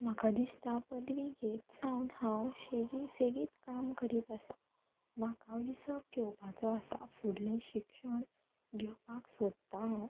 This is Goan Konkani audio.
म्हाका दिसता पदवी घेत सावन हांव शेगीत सेगीत काम करीत आसा म्हाका विसव घेवपाचो आसा फुडलें शिक्षण घेवपाक सोदतां हांव